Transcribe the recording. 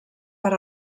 per